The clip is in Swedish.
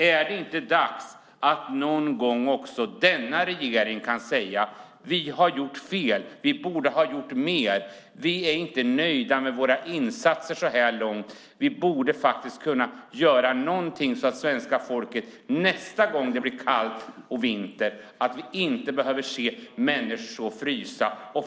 Är det inte dags att också denna regering någon gång kan säga: Vi har gjort fel. Vi borde ha gjort mer. Vi är inte nöjda med våra insatser så här långt. Vi borde faktiskt kunna göra någonting så att inte svenska folket nästa gång det blir kallt och vinter behöver stå och frysa.